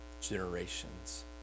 generations